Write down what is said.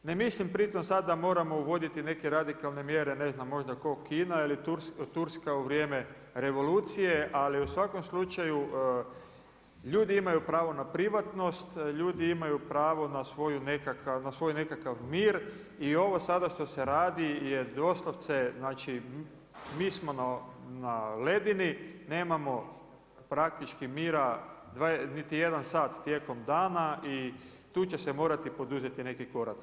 Ne mislim pritom sada da moramo uvoditi neke radikalne mjere, ne znam možda kao Kina ili Turska u vrijeme revolucije, ali u svakom slučaju ljudi imaju pravo na privatnost, ljudi imaju pravo na svoj nekakav mir i ovo što se sada radi je doslovce, znači mi smo na ledini, nemamo praktički mira niti jedan sat tijekom dana i tu će se morati poduzeti neki koraci.